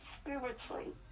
spiritually